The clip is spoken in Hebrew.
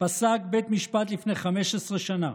פסק בית משפט לפני 15 שנה